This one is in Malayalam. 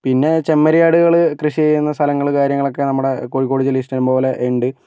പിന്നെ ചെമ്മരിയാടുകൾ കൃഷി ചെയ്യുന്ന സ്ഥലങ്ങൾ കാര്യങ്ങൾ ഒക്കെ നമ്മുടെ കോഴിക്കോട് ജില്ലയില് ഇഷ്ടം പോലെ ഉണ്ട്